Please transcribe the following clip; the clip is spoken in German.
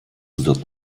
wird